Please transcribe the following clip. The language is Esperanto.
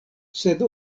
sed